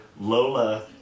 Lola